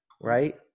right